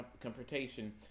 confrontation